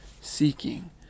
seeking